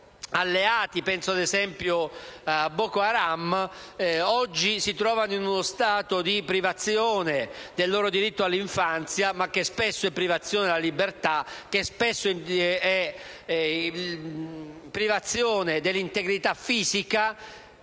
alleati - penso ad esempio a Boko Haram - che oggi si trovano in uno stato di privazione del loro diritto all'infanzia, ma che spesso è privazione della libertà e spesso è privazione dell'integrità fisica